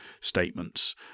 statements